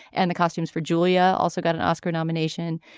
and the costumes for julia also got an oscar nomination.